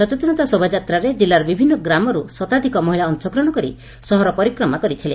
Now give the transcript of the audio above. ସଚେତନତା ଶୋଭାଯାତ୍ରାରେ କିଲାର ବିଭିନ୍ନ ଗ୍ରାମରୁ ଶତାଧ୍କ ମହିଳା ଅଂଶ ଗ୍ରହଶ କରି ସହର ପରିକ୍ରମା କରିଥିଲେ